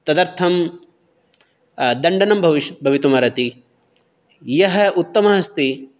तदर्थं दण्डनं भविष् भवितुं अर्हति यः उत्तमः अस्ति